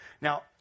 Now